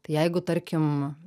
tai jeigu tarkim